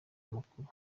amakuru